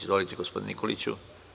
Izvolite, gospodine Nikoliću.